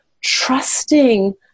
trusting